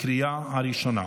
לקריאה הראשונה.